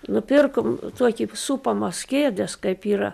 nupirkom tokį supamos kėdės kaip yra